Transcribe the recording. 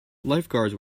lifeguards